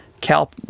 Cal